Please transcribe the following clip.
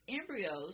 embryos